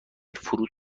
فرود